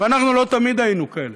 ואנחנו לא תמיד היינו כאלה,